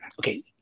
okay